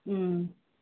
ம்